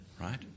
Right